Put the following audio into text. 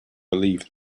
believe